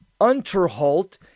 Unterholt